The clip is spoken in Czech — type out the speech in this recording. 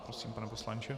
Prosím, pane poslanče.